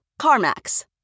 CarMax